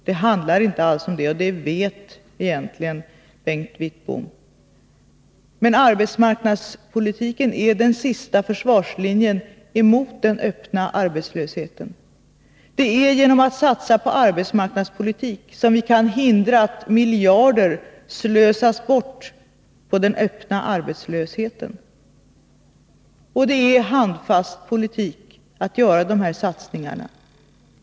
Det handlar inte alls om det — och det vet egentligen Bengt Wittbom. Arbetsmarknadspolitiken är den sista försvarslinjen mot den öppna arbetslösheten. Det är genom att satsa på arbetsmarknadspolitik som vi kan hindra att miljarder slösas bort på den öppna arbetslösheten. Och det är handfast politik att göra dessa satsningar.